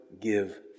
give